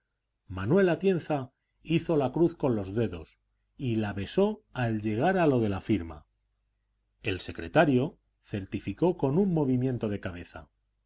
manuel atienza hizo la cruz con los dedos y la besó al llegar a lo de la firma el secretario certificó con un movimiento de cabeza